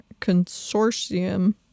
consortium